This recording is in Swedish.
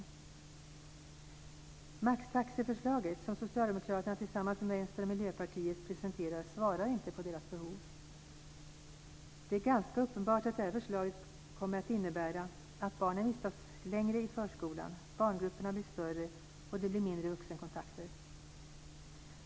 Det maxtaxeförslag som Socialdemokraterna tillsammans med Vänstern och Miljöpartiet presenterar svarar inte mot deras behov. Det är ganska uppenbart att det här förslaget kommer att innebära att barnen vistas längre tid i förskolan, att barngrupperna blir större och att det blir mindre vuxenkontakter.